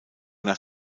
nach